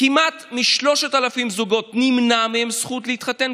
כמעט מ-3,000 זוגות נמנעה הזכות להתחתן,